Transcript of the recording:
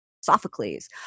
Sophocles